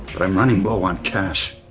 but i'm running low on cash.